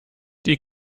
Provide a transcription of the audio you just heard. die